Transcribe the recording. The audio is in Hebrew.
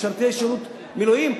למשרתי שירות מילואים.